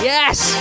Yes